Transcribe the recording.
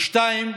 ושנית,